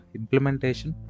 implementation